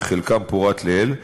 שחלקם פורט לעיל,